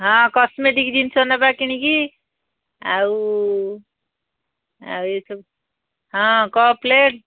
ହଁ କସ୍ମେଟିକ୍ ଜିନିଷ ନବା କିଣିକି ଆଉ ଆଉ ଏସବୁ ହଁ କପ୍ ପ୍ଲେଟ୍